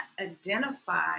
identify